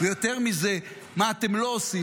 יותר מזה, מה אתם לא עושים.